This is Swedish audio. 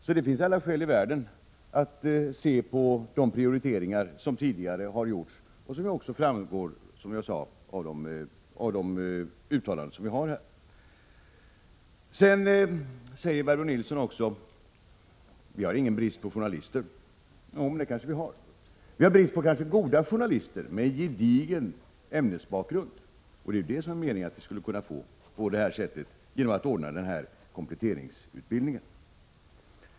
Så det finns alla skäl i världen att se på de prioriteringar som tidigare har gjorts och som också framgår, som jag sade, av de uttalanden som vi har här. Barbro Nilsson säger att vi inte har någon brist på journalister. Jo, det kanske vi har. Vi har kanske brist på goda journalister med en gedigen ämnesbakgrund, och det är sådana som det är meningen att vi skulle kunna få genom att ordna kompletteringsutbildning.